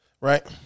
Right